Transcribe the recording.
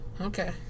Okay